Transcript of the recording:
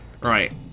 Right